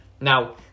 Now